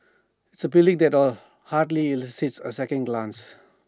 it's A building that hardly elicits A second glance